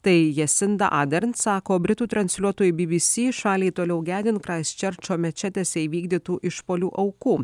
tai jesinda adern sako britų transliuotojui bbc šaliai toliau gedint kraistčerčo mečetėse įvykdytų išpuolių aukų